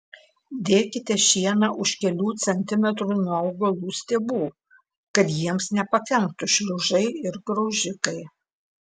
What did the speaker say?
dėkite šieną už kelių centimetrų nuo augalų stiebų kad jiems nepakenktų šliužai ir graužikai